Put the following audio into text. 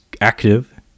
active